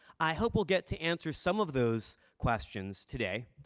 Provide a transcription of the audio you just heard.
i hope we'll get to answer some of those questions today.